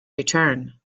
return